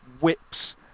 whips